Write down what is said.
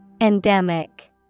Endemic